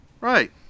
Right